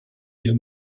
hier